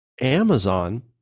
Amazon